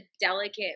delicate